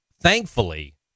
thankfully